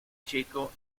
checo